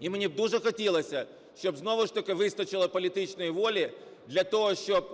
І мені б дуже хотілося, щоб знову ж таки вистачило політичної волі для того, щоб